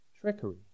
trickery